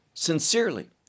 Sincerely